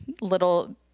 little